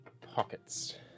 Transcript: Pockets